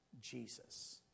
Jesus